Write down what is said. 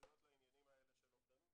התייחסויות לעניינים האלה של אובדנות,